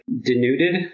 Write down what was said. denuded